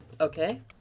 Okay